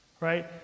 right